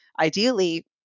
ideally